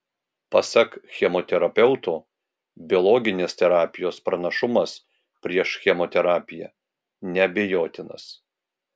pasak chemoterapeuto biologinės terapijos pranašumas prieš chemoterapiją neabejotinas